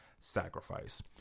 sacrifice